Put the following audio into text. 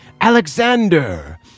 Alexander